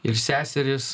ir seserys